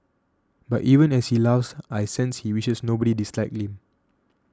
but even as he laughs I sense he wishes nobody disliked him